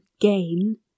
gain